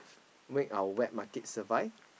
make our wet market survive